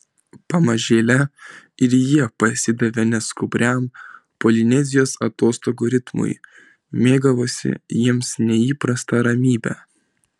pamažėle ir jie pasidavė neskubriam polinezijos atostogų ritmui mėgavosi jiems neįprasta ramybe